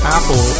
Apple